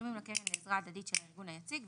תשלומים לקרן לעזרה הדדית של הארגון היציג,